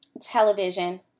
television